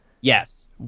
Yes